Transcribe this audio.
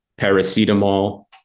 paracetamol